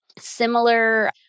similar